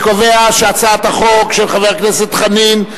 אני קובע שהצעת החוק של חבר הכנסת חנין,